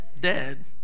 dead